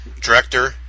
Director